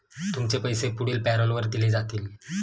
तुमचे पैसे पुढील पॅरोलवर दिले जातील